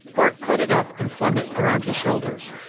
bart caught it up and flung it around his shoulders.